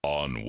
on